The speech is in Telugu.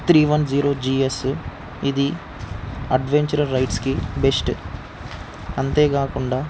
త్రీ వన్ జీరో జిఎస్ ఇది అడ్వెంచర్ రైడ్స్కి బెస్ట్ అంతేకాకుండా